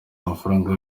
amafaranga